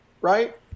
right